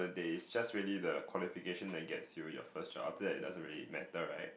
there is just really the qualification that gets you your first job then it doesn't really matter right